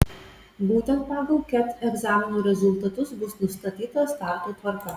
būtent pagal ket egzamino rezultatus bus nustatyta starto tvarka